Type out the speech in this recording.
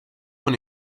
von